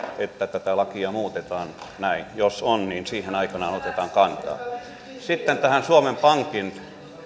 että tätä lakia muutetaan näin jos on niin siihen aikanaan otetaan kantaa sitten tähän suomen pankin